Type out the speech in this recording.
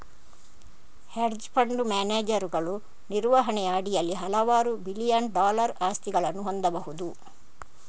hedge fund ಮ್ಯಾನೇಜರುಗಳು ನಿರ್ವಹಣೆಯ ಅಡಿಯಲ್ಲಿ ಹಲವಾರು ಬಿಲಿಯನ್ ಡಾಲರ್ ಆಸ್ತಿಗಳನ್ನು ಹೊಂದಬಹುದು